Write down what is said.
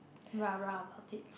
ra ra about it